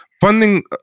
Funding